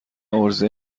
عرضه